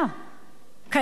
קיימות חלופות.